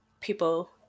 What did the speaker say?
people